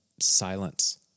silence